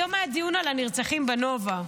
היום היה דיון על הנרצחים בנובה.